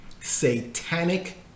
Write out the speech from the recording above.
satanic